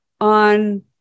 on